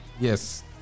Yes